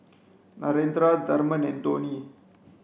Narendra Tharman and Dhoni